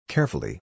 Carefully